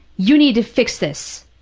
you need to fix this,